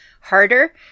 harder